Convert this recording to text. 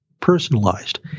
personalized